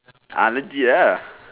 ah legit uh